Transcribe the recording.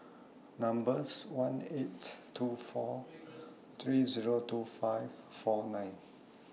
number's one eight two four three Zero two five four nine